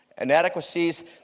inadequacies